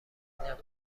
نبود